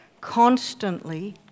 constantly